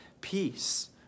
peace